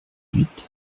huit